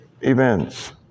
Events